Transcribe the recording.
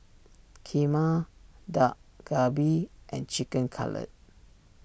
Kheema Dak Galbi and Chicken Cutlet